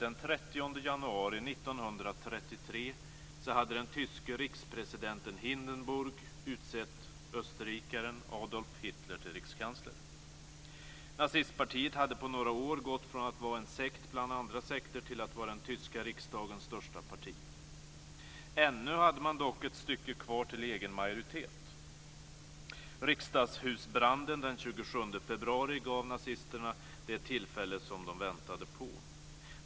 1933, hade den tyske rikspresidenten Hindenburg utsett österrikaren Adolf Hitler till rikskansler. Nazistpartiet hade på några år gått från att vara en sekt bland andra sekter till att vara den tyska riksdagens största parti. Ännu hade man dock ett stycke kvar till egen majoritet. Riksdagshusbranden den 27 februari gav nazisterna det tillfälle som de väntade på.